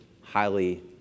highly